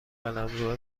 قلمروه